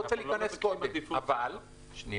אנחנו לא מבקשים עדיפות, שיקו.